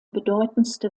bedeutendste